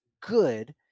good